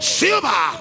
silver